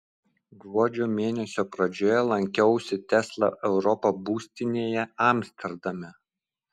gruodžio mėnesio pradžioje lankiausi tesla europa būstinėje amsterdame